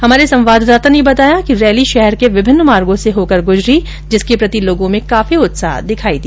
हमारे झालावाडा संवाददाता ने बताया कि रैली शहर के विभिन्न मार्गो से होकर गुजरी जिसके प्रति लोगों में काफी उत्साह दिखाई दिया